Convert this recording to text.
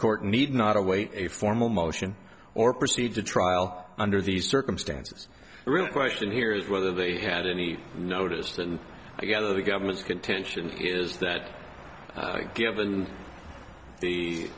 court need not await a formal motion or proceed to trial under these circumstances the real question here is whether they had any notice and i gather the government's contention is that given the